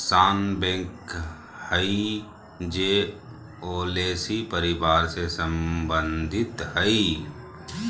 sambac हइ जे Oleaceae परिवार से संबंधित हइ